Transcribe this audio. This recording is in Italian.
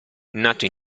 nato